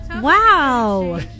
Wow